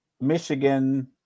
Michigan